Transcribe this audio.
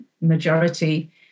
Majority